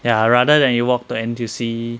ya rather than you walked to N_T_U_C